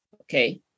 okay